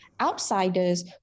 outsiders